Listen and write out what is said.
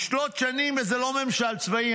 ישלוט שנים, וזה לא ממשל צבאי.